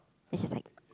it's just like